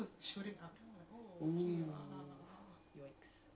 exactly lah it supposed to be a little like teng teng teng I mean